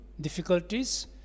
difficulties